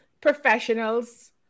professionals